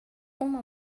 uma